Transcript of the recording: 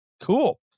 cool